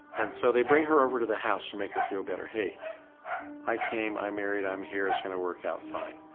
and so they bring her over to the house and make her feel better hey i came i'm married i'm here it's going to work out fine.